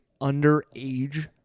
underage